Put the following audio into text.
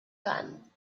gun